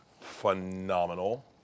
phenomenal